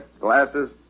glasses